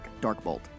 Darkbolt